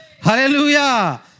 Hallelujah